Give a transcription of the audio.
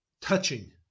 touching